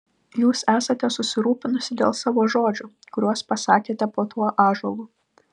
jūs esate susirūpinusi dėl savo žodžių kuriuos pasakėte po tuo ąžuolu